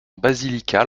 basilical